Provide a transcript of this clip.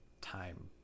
time